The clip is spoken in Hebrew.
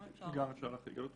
גם אפשר להחריג.